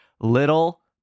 Little